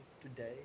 today